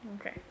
Okay